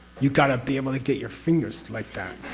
you got to be able to get your fingers like that.